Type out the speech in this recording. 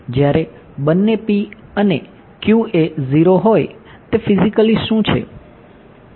જ્યારે બંને p અને q એ 0 હોય તે ફિઝિકલી શું છે